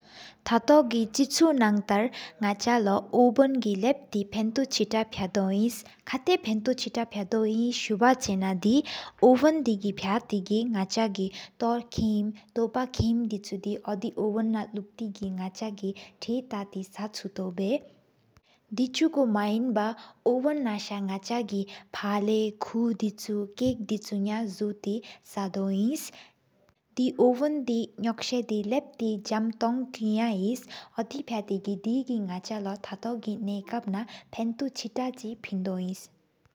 ཐ་ཏོ་གི་ཆདྱུ་ན་ཏར་ནག་ཅ་ལོ་ཨོ་བིུན་གི། ལབ་ཧྥནྟུ་ཆེ་ཏ་ཧྥཡ་དོ་ཨེནསྲི། ཁ་ཏ་ཧྥནྟོ་ཆེ་ཏ་ཕྱ་དོ་སུ་བ་ཆེ་ན། དེ་ཨོ་བིསན་དེ་གི་ཧྥཡ་ཏེ་གི་ནག་ཅ་གི་ཏོ་ཧྥེམ། ཐོཔ་ཧྥེམ་དི་ཆུ་དི་ཨོ་དི་ཨོ་བིན་ན་ལུཀ་ཏེ་གི། ནག་ཅ་གི་ཐེག་ཏ་ཏི་གི་ས་འཕུ་ཏོ་བེ། དེ་ཆི་གྲུ་མ་ཧེན་བའོ་ཨོ་བེན་ན་ནག་ཅ་གི། ཧ་ལ་ཁུ་དི་ཆུ་ཅེཀ་དི་ཆུ་ཡང་གཟི་ཏེ་ས་དོ་ཨེན། དེ་ཨོ་བིན་དི་ནོཀས་ས་ལབ་ཏེ་ཟམ་ཏོཀ་གི་ཡ་ཧེ། ཨོ་དེ་ཧ་ཏེ་དེ་གི་ནག་ཅ་ལོ་ཐ་ཏོ་གི་ནག་བ་ན། ཧྥན་ཏོ་ཆེ་ཏའི་ཁ་ཧྥེན་ཏོ་འཕེན།